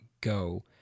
go